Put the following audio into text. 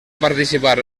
participar